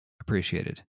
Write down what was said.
appreciated